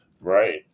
right